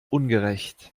ungerecht